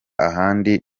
ahandi